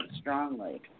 strongly